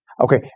Okay